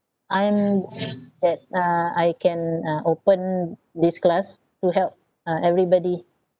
I'm that uh I can uh open this class to help uh everybody